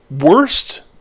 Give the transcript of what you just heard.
worst